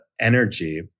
energy